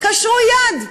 קשרו יד,